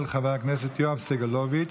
של חבר הכנסת יואב סגלוביץ'.